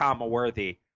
Worthy